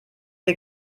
wir